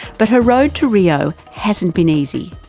but her road to rio hasn't been easy.